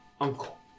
uncle